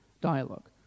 dialogue